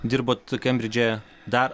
dirbot kembridže dar